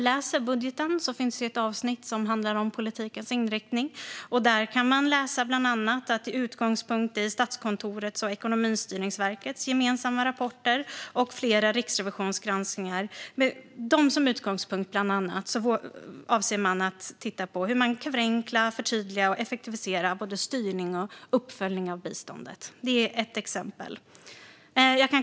I budgeten finns ett avsnitt som handlar om politikens inriktning, och där kan man läsa bland annat att man med utgångspunkt i bland annat Statskontorets och Ekonomistyrningsverkets gemensamma rapporter och flera Riksrevisionsgranskningar avser att titta på hur man kan förenkla, förtydliga och effektivisera både styrning och uppföljning av biståndet. Det är ett exempel.